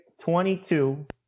22